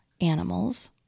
animals